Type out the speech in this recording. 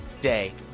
day